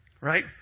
Right